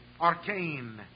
arcane